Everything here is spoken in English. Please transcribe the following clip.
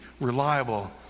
reliable